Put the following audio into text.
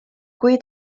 kui